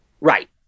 Right